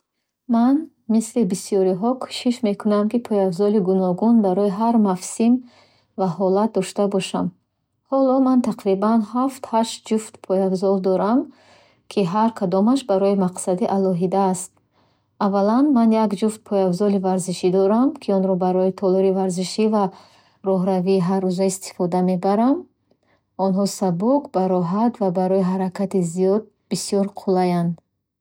Ман, мисли бисёриҳо, кӯшиш мекунам, ки пойафзоли гуногун барои ҳар мавсим ва ҳолат дошта бошам. Ҳоло ман тақрибан ҳафт ҳашт ҷуфт пойафзол дорам, ки ҳар кадомаш барои мақсади алоҳида аст. Аввалан, ман як ҷуфт пойафзоли варзишӣ дорам, ки онро барои толори варзишӣ ва роҳравии ҳаррӯза истифода мебарам. Онҳо сабук, бароҳат ва барои ҳаракати зиёд бисёр қулайанд.